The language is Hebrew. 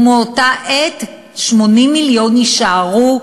ומאותה העת 80 מיליון ש"ח יישארו,